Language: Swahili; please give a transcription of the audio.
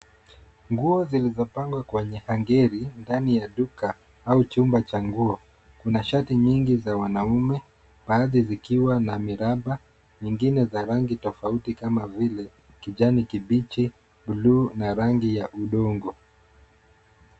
Nguo zililopangwa kwenye hangeri, ndani ya duka au chumba cha nguo. Kuna shati nyigi za wanaume, baadhi zikiwa na miraba, zingine za rangi tofauti, kama vile, kijani kibichi, blue , na rangi ya udongo.